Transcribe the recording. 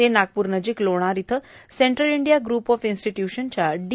ते नागपूरनजिक लोणार इथं सेंट्रल इंडिया ग्रुप ऑफ इव्स्टिट्युशनच्या डी